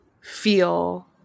feel